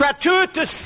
Gratuitous